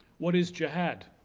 what is jihad?